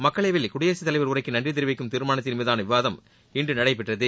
மக்களவையில் குடியரசுத் தலைவர் உரைக்கு நன்றி தெரிவிக்கும் தீர்மானத்தின் மீதான விவாதம் இன்று நடைபெற்றது